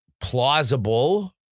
plausible